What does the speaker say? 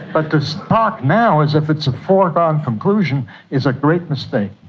but to so talk now as if it's a foregone conclusion is a great mistake.